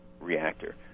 reactor